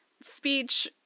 speech